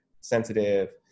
sensitive